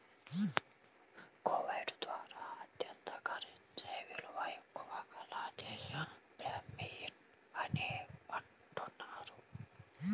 Kuwait తర్వాత అత్యంత currency విలువ ఎక్కువ గల దేశం బహ్రెయిన్ అని అంటున్నారు